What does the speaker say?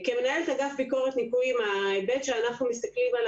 כמנהלת אגף ביקורת ליקויים אנחנו מסתכלים על